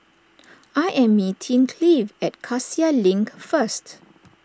I am meeting Cleave at Cassia Link first